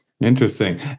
interesting